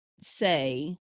say